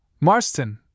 Marston